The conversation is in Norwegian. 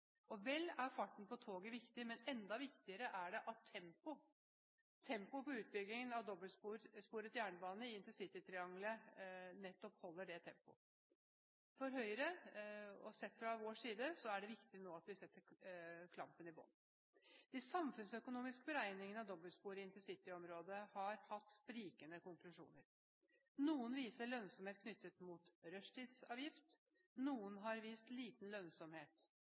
ikke. Vel er farten på toget viktig, men enda viktigere er tempoet på utbyggingen av dobbeltsporet jernbane i intercitytriangelet. Sett fra Høyres side er det viktig at vi nå setter klampen i bånn. De samfunnsøkonomiske beregningene av dobbeltspor i intercityområdet har hatt sprikende konklusjoner. Noen har vist lønnsomhet knyttet mot rushtidsavgift, andre har vist liten lønnsomhet.